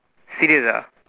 serious ah